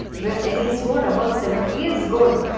with any score above seventy is good.